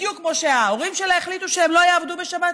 בדיוק כמו שההורים שלה החליטו שהם לא יעבדו בשבת.